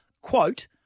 quote